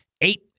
eight